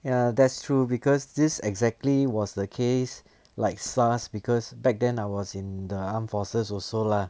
ya that's true because this exactly was the case like SARS because back then I was in the armed forces also lah